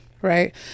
Right